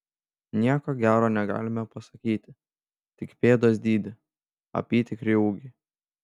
nieko gero negalime pasakyti tik pėdos dydį apytikrį ūgį